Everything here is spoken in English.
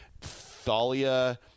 Thalia